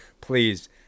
please